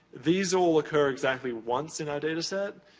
these all occur exactly once in our data set,